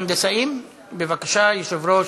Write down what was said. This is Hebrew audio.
התשע"ד 2014, לאותה ועדה,